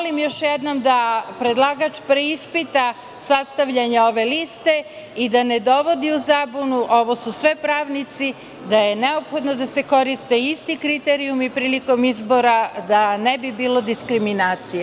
Samo molim još jednom da predlagač preispita sastavljanja ove liste i da ne dovodi u zabunu, ovo su sve pravnici, da je neophodno da se koriste isti kriterijumi prilikom izbora, da ne bi bilo diskriminacije.